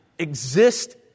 Exist